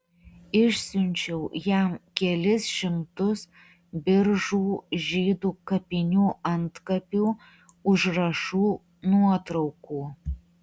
išsiunčiau jam kelis šimtus biržų žydų kapinių antkapių užrašų nuotraukų